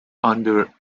under